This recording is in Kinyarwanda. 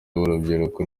w’urubyiruko